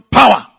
power